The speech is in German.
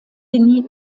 denis